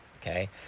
Okay